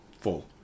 full